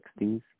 1960s